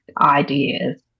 ideas